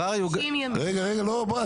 רגע, בוא.